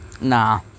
Nah